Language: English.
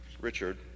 Richard